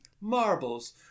Marbles